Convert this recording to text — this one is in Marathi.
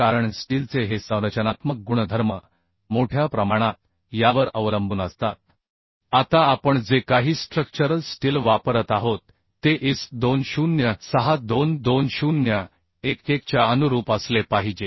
कारण स्टीलचे हे संरचनात्मक गुणधर्म मोठ्या प्रमाणात यावर अवलंबून असतात आता आपण जे काही स्ट्रक्चरल स्टील वापरत आहोत ते IS 2062 2011 च्या अनुरूप असले पाहिजे